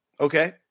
okay